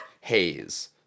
haze